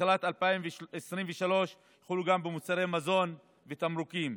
מתחילת 2023 יחולו גם במוצרי מזון ותמרוקים.